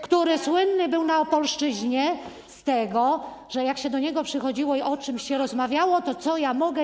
który słynny był na Opolszczyźnie z tego, że jak się do niego przychodziło i o czymś się rozmawiało, to: Co ja mogę?